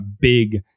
big